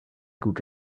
gut